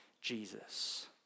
Jesus